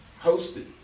Hosted